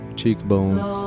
Cheekbones